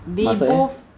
maksudnya